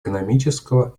экономического